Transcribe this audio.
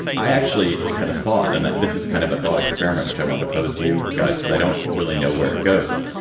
i actually had a thought and this is kind of a thought experiment which i went to post you guys, because i don't really know where it goes.